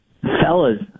Fellas